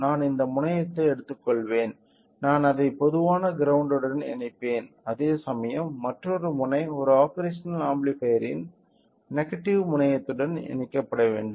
நான் இந்த முனையத்தை எடுத்துக்கொள்வேன் நான் அதை பொதுவான கிரௌண்ட் உடன் இணைப்பேன் அதேசமயம் மற்றொரு முனை ஒரு ஆப்பேரஷனல் ஆம்பிளிபையர்யின் நெகட்டிவ் முனையத்துடன் இணைக்கப்பட வேண்டும்